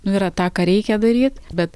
nu yra tą ką reikia daryt bet